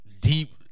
deep